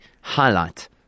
highlight